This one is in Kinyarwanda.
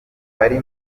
bari